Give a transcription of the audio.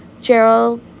Gerald